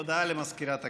הודעה למזכירת הכנסת.